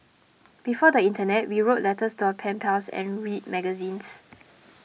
before the internet we wrote letters to our pen pals and read magazines